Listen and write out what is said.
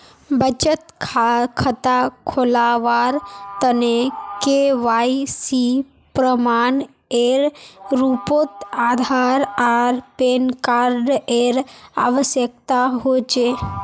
बचत खता खोलावार तने के.वाइ.सी प्रमाण एर रूपोत आधार आर पैन कार्ड एर आवश्यकता होचे